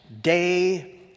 day